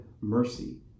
mercy